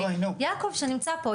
יעקב שנמצא פה,